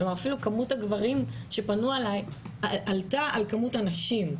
אפילו כמות הגברים שפנו אליי עלתה על כמות הנשים,